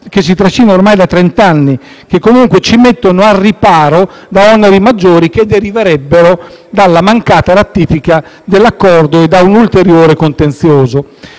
che si trascina ormai da trent'anni e che comunque ci mettono al riparo da oneri maggiori che deriverebbero dalla mancata ratifica dell'Accordo e da un ulteriore contenzioso.